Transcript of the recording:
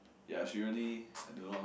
ya she really I don't know